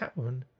Catwoman